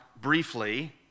briefly